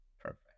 perfect